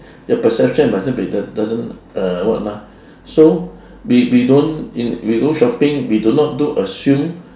your perception musn't be the doesn't uh what ah so we we don't we go shopping we do not do assume